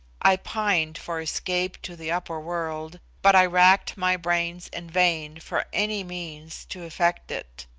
i pined for escape to the upper world, but i racked my brains in vain for any means to effect it.